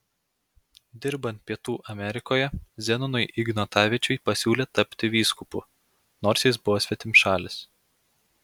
dirbant pietų amerikoje zenonui ignatavičiui pasiūlė tapti vyskupu nors jis buvo svetimšalis